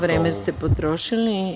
Vreme ste potrošili.